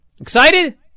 Excited